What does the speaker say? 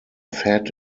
fat